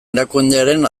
erakundearen